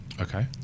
okay